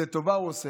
לטובה הוא עושה.